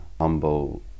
humble